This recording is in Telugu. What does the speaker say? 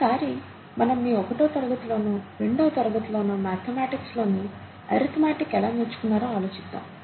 ఒక్కసారి మనం మీ ఒకటో తరగతిలోనో రెండవ తరగతిలోనో మాథెమాటిక్స్లోని ఆరిత్మ్యాటిక్ ఎలా నేర్చుకున్నారో ఆలోచిద్దాం